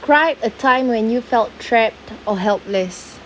describe a time when you felt trapped or helpless